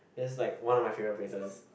that's like one of my favourite places